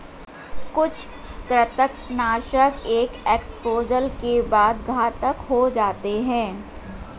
कुछ कृंतकनाशक एक एक्सपोजर के बाद घातक हो जाते है